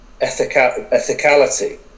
ethicality